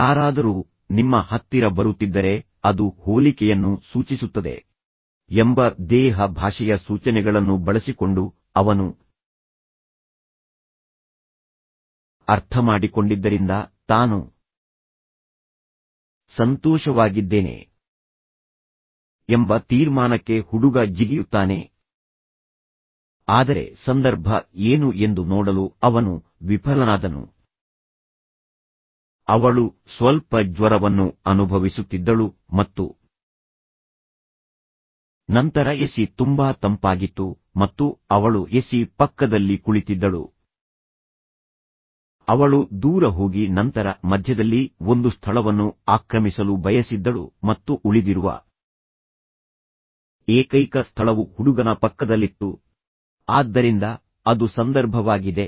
ಯಾರಾದರೂ ನಿಮ್ಮ ಹತ್ತಿರ ಬರುತ್ತಿದ್ದರೆ ಅದು ಹೋಲಿಕೆಯನ್ನು ಸೂಚಿಸುತ್ತದೆ ಎಂಬ ದೇಹ ಭಾಷೆಯ ಸೂಚನೆಗಳನ್ನು ಬಳಸಿಕೊಂಡು ಅವನು ಅರ್ಥಮಾಡಿಕೊಂಡಿದ್ದರಿಂದ ತಾನು ಸಂತೋಷವಾಗಿದ್ದೇನೆ ಎಂಬ ತೀರ್ಮಾನಕ್ಕೆ ಹುಡುಗ ಜಿಗಿಯುತ್ತಾನೆ ಆದರೆ ಸಂದರ್ಭ ಏನು ಎಂದು ನೋಡಲು ಅವನು ವಿಫಲನಾದನು ಅವಳು ಸ್ವಲ್ಪ ಜ್ವರವನ್ನು ಅನುಭವಿಸುತ್ತಿದ್ದಳು ಮತ್ತು ನಂತರ ಎಸಿ ತುಂಬಾ ತಂಪಾಗಿತ್ತು ಮತ್ತು ಅವಳು ಎಸಿ ಪಕ್ಕದಲ್ಲಿ ಕುಳಿತಿದ್ದಳು ಅವಳು ದೂರ ಹೋಗಿ ನಂತರ ಮಧ್ಯದಲ್ಲಿ ಒಂದು ಸ್ಥಳವನ್ನು ಆಕ್ರಮಿಸಲು ಬಯಸಿದ್ದಳು ಮತ್ತು ಉಳಿದಿರುವ ಏಕೈಕ ಸ್ಥಳವು ಹುಡುಗನ ಪಕ್ಕದಲ್ಲಿತ್ತು ಆದ್ದರಿಂದ ಅದು ಸಂದರ್ಭವಾಗಿದೆ